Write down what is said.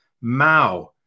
Mao